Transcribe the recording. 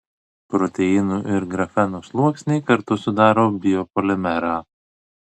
proteinų ir grafeno sluoksniai kartu sudaro biopolimerą